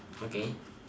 okay